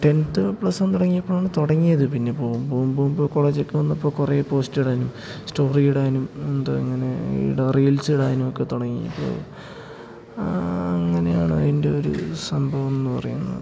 tenth plus one തുടങ്ങിയപ്പോഴാണ് തുടങ്ങിയത് പിന്നെ പോകുമ്പോള് പോകുമ്പോള് കോളേജിലൊക്കെ വന്നപ്പോള് കുറെ പോസ്റ്റിടാനും സ്റ്റോറി ഇടാനും എന്താണ് ഇങ്ങനെ റീൽസ് ഇടാനുമൊക്കെ തുടങ്ങിയപ്പോള് അങ്ങനെയാണ് അതിൻ്റെ ഒരു സംഭവമെന്ന് പറയുന്നത്